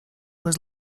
was